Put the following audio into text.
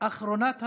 אחרונת הדוברים.